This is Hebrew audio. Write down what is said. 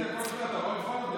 עשיתי גם, אתה יכול לבחון אותי.